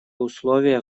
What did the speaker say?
условия